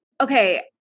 okay